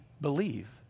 believe